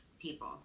people